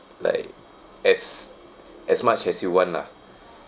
like as as much as you want lah